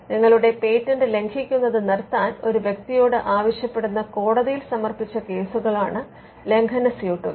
നിങ്ങളുടെ പേറ്റന്റ് ലംഘിക്കുന്നത് നിർത്താൻ ഒരു വ്യക്തിയോട് ആവശ്യപ്പെടുന്ന കോടതിയിൽ സമർപ്പിച്ച കേസുകളാണ് ലംഘന സ്യൂട്ടുകൾ